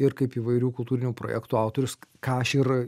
ir kaip įvairių kultūrinių projektų autorius ką aš ir